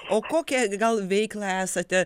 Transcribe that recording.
o kokią gal veiklą esate